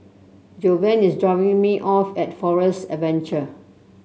Jovan is dropping me off at Forest Adventure